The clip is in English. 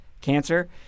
Cancer